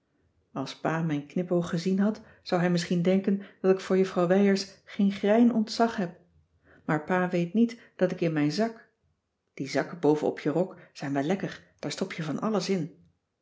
als pa mijn knipoog gezien had zou hij misschien denken dat ik voor juffrouw wijers geen grein ontzag heb maar pa weet niet dat ik in mijn zak die zakken boven op je rok zijn wel lekker daar stop je van alles in